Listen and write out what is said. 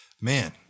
Man